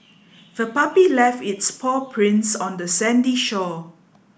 the puppy left its paw prints on the sandy shore